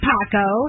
Paco